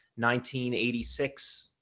1986